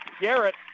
Garrett